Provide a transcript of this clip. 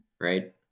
right